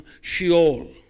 Sheol